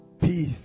peace